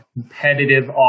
competitive